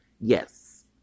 Yes